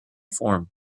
form